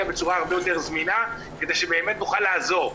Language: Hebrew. בצורה הרבה יותר זמינה כדי שנוכל לעזור,